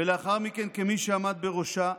ולאחר מכן כמי שעמד בראשה,